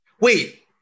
Wait